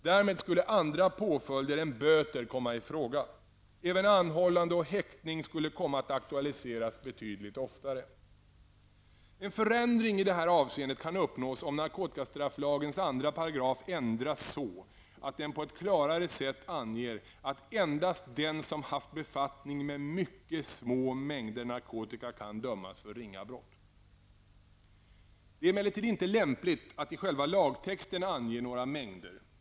Därmed skulle andra påföjder än böter komma i fråga. Även anhållande och häktning skulle komma att aktualiseras betydligt oftare. En förändring i detta avseende kan uppnås om narkotikastrafflagens 2 § ändras så, att den på ett klarare sätt anger att endast den som haft befattning med mycket små mängder narkotika kan dömas för ringa brott. Det är emellertid inte lämpligt att i själva lagtexten ange några mängder.